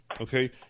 Okay